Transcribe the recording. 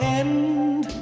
end